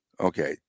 Okay